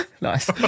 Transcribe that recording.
nice